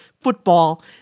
football